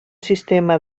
sistema